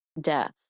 death